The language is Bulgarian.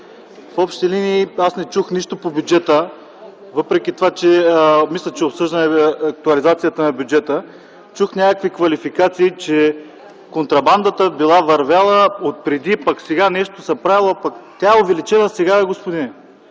В общи линии, аз не чух нищо по бюджета, въпреки че обсъждаме актуализацията на бюджета. Чух някакви квалификации, че контрабандата била вървяла отпреди, пък сега нещо се правело, пък... Тя е увеличена сега, господине.